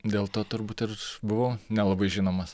dėl to turbūt ir buvau nelabai žinomas